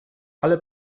ale